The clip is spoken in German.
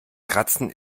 kratzen